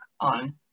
on